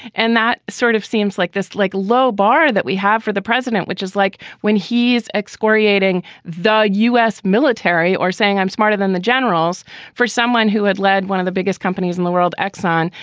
and that sort of seems like this like low bar that we have for the president, which is like when he is excoriating the u s. military or saying i'm smarter than the generals for someone who had led one of the biggest companies in the world, exxon,